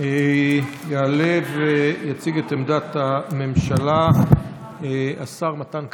יעלה ויציג את עמדת הממשלה השר מתן כהנא.